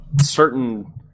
certain